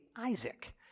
Isaac